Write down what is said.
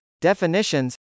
Definitions